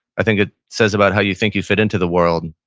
i think it says about how you think you fit into the world.